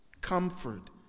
comfort